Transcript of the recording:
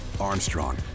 Armstrong